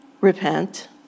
repent